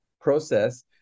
process